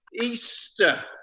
Easter